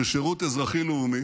של שירות אזרחי-לאומי.